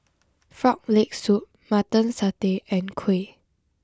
Frog Leg Soup Mutton Satay and Kuih